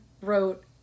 wrote